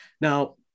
now